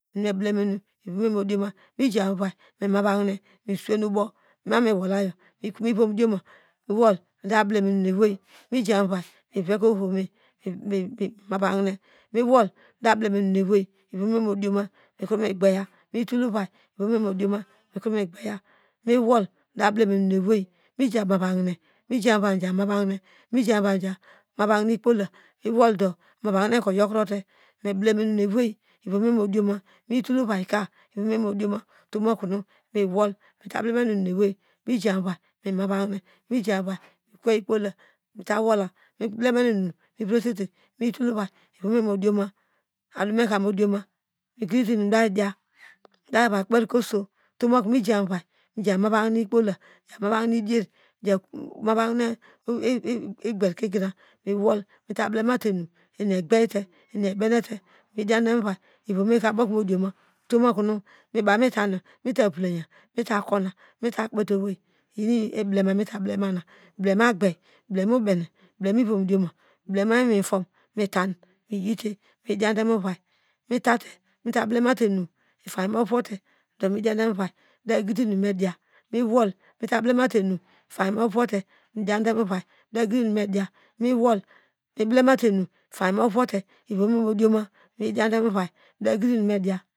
Eni meblemu enu ivom modioma mijam ovai me mava hine me suwene obow inami wolayo mikome ivom dioma mijan ovai miveke oho mima va hine mewol meta blema enu no ewei ivome modiom me gbeya metol ovai ivom modiom me gbeya metol ovai ivom modioma mikro megbeye miwol meya blema enu nu ewei muja mava hine me jamu vivin mija meva hine miwol do oma hine ka oyokro te meblema enu nu ewei iyom muka mu dioma mivom vaika ivome modioma miwol miblemate miyi dian demo vovi iwomeka obokomi dioma otom okona bamita miyo mita vilaya meta kona mita kpeteowei iyin blema meta blema na metate mrblema te enu itamy mu ovowote do miyi dian demo ovuvai meda gidiinu mediya mewol meta blemate enu itany me ovowo meda gidinum nu mediya miwo meta blemate enu itainy me ovowote meda gidi inum nu mediya miwol meblemate enu itainy me ovote iviome modioma mikro diade movai meta yidi inum mediya.